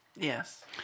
Yes